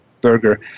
burger